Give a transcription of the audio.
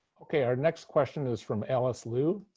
ok. our next question is from alice liu.